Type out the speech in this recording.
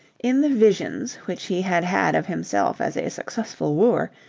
in the visions which he had had of himself as a successful wooer,